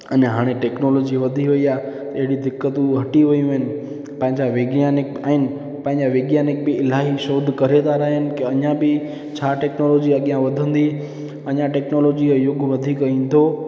हाणे टेक्नोलोजी वधी वयी आहे अहिड़ी दिक़तूं हटी वियूं आहिनि पंहिंजा वैज्ञानिक आहिनि पंहिंजा वैज्ञानिक बि अलाई शोध करे था रहनि अञा बि छा टेक्नोलोजी अॻियां वधंदी अञा टेक्नोलोजी जो युग वधीक ईंदो